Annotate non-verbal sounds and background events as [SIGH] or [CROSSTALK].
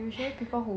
[LAUGHS]